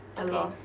ya lor